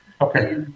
Okay